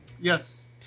Yes